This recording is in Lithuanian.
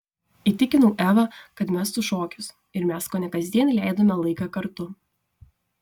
įtikinau evą kad mestų šokius ir mes kone kasdien leidome laiką kartu